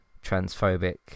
transphobic